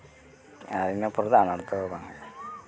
ᱤᱱᱟᱹ ᱯᱚᱨ ᱫᱚ ᱟᱱᱟᱴ ᱫᱚ ᱵᱟᱝ